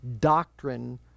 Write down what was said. doctrine